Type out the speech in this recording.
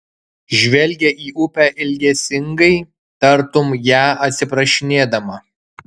žvelgia į upę ilgesingai tartum ją atsiprašinėdama